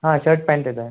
हां शर्ट पॅन्टच आहे